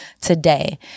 today